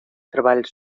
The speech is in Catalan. treballs